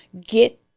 get